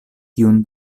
tiun